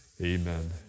Amen